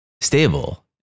stable